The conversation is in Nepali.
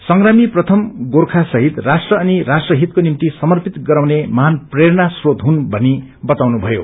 संग्रामी प्रथम गोर्खा शहिद राष्ट्र अनि राष्ट्रहीतको निम्ति समर्पित गराउने महान प्रेरणा श्रोत हुन भनि बताउनु भयो